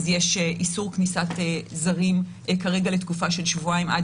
אז יש איסור כניסת זרים כרגע לתקופה של שבועיים עד